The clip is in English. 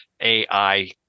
AI